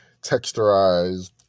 texturized